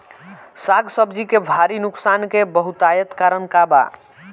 साग सब्जी के भारी नुकसान के बहुतायत कारण का बा?